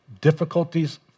Difficulties